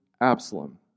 Absalom